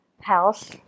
house